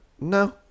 No